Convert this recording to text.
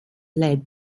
led